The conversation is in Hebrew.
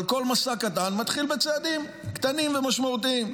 אבל כל מסע קטן מתחיל בצעדים קטנים ומשמעותיים.